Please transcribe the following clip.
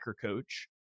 coach